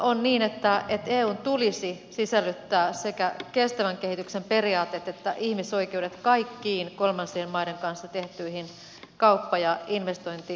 on niin että eun tulisi sisällyttää sekä kestävän kehityksen periaatteet että ihmisoikeudet kaikkiin kolmansien maiden kanssa tehtyihin kauppa ja investointisopimuksiin